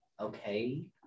okay